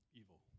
evil